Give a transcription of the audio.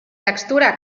textura